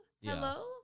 Hello